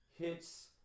hits